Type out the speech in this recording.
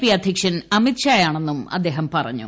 P അധ്യക്ഷൻ അമിത് ഷായാണെന്നും അദ്ദേഹ്പെട്ടപറഞ്ഞു